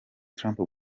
trump